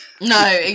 No